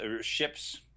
ships